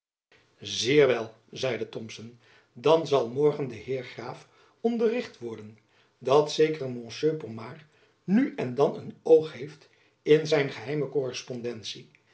zeer wel zeide thomson dan zal morgen de heer graaf onderricht worden dat zekere monsieur pomard nu en dan een oog heeft in zijn geheime korrespondentie